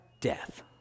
Death